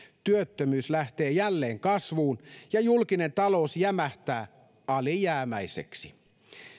työttömyys lähtee jälleen kasvuun ja julkinen talous jämähtää alijäämäiseksi